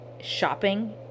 shopping